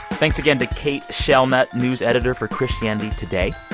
thanks again to kate shellnutt, news editor for christianity today.